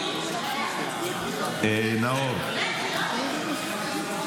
מה זה?